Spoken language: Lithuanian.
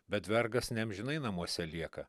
bet vergas neamžinai namuose lieka